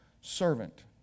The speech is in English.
servant